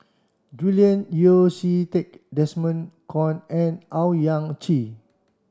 Julian Yeo See Teck Desmond Kon and Owyang Chi